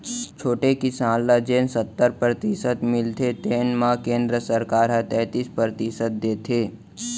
छोटे किसान ल जेन सत्तर परतिसत मिलथे तेन म केंद्र सरकार ह तैतीस परतिसत देथे